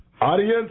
Audience